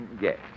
Yes